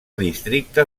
districte